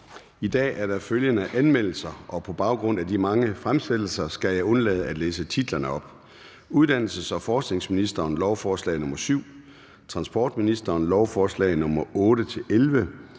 I dag er der følgende anmeldelser, og på baggrund af de mange fremsættelser skal jeg undlade at læse titlerne op: Uddannelses- og forskningsministeren (Christina Egelund): Lovforslag nr. L